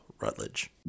Rutledge